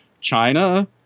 China